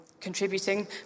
contributing